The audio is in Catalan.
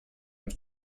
ens